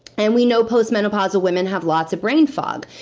and we know post-menopausal women have lots of brain fog.